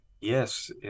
Yes